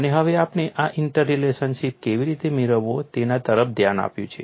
અને હવે આપણે આ ઇન્ટરલેશનશીપ કેવી રીતે મેળવવો તેના તરફ ધ્યાન આપ્યું છે